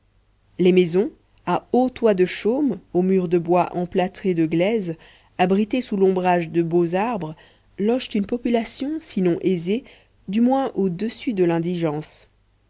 les maisons à hauts toits de chaume aux murs de bois emplâtres de glaise abritées sous l'ombrage de beaux arbres logent une population sinon aisée du moins au-dessus de l'indigence